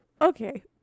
Okay